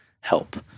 help